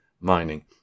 mining